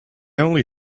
only